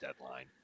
deadline